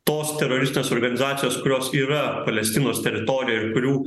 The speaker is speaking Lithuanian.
tos teroristinės organizacijos kurios yra palestinos teritorijoj ir kurių